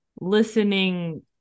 listening